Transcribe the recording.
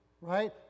Right